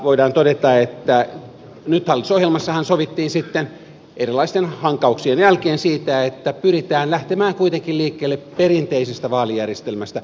voidaan todeta että hallitusohjelmassahan sovittiin erilaisten hankauksien jälkeen siitä että pyritään lähtemään kuitenkin liikkeelle perinteisestä vaalijärjestelmästä